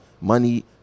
money